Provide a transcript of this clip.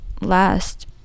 last